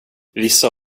vissa